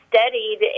studied